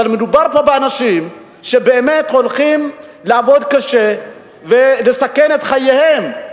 מדובר פה באנשים שבאמת הולכים לעבוד קשה ולסכן את חייהם,